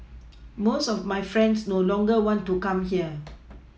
most of my friends no longer want to come here